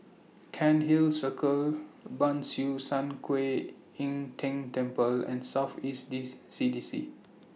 Cairnhill Circle Ban Siew San Kuan Im Tng Temple and South East dis C D C